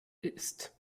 ist